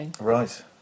Right